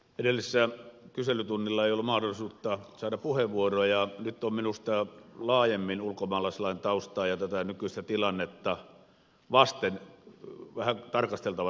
edellisellä kyselytunnilla ei ollut mahdollisuutta saada puheenvuoroa ja nyt on minusta laajemmin ulkomaalaislain taustaa ja tätä nykyistä tilannetta vasten vähän tarkasteltava tätä asiaa